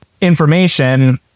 information